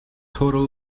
total